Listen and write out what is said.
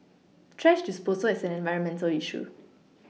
thrash disposal is an environmental issue